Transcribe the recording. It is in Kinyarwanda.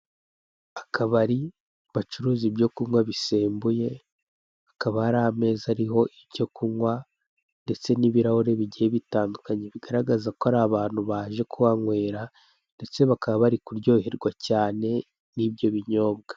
Akabari bacuruza ibyo kunywa bisembuye, hakaba hari ameza ariho icyo kunywa ndetse n'ibirahure bigiye bitandukanye, bigaragaza ko hari abantu baje kuhanywera ndetse bakaba bari kuryohwerwa cyane n'ibyo binyobwa.